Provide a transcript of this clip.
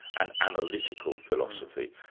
and analytical philosophy,